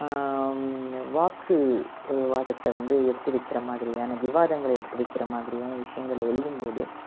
வாக்குவாதத்தை வந்து எடுத்து வைக்கிற மாதிரியான விவாதங்களை எடுத்து வைக்கிற மாதிரியான விஷயங்களை எழுதும்போது